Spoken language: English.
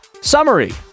summary